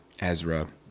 Ezra